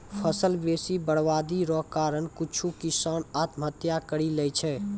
फसल बेसी बरवादी रो कारण कुछु किसान आत्महत्या करि लैय छै